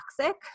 toxic